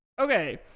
Okay